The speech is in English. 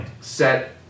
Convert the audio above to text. set